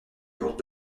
lourds